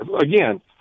again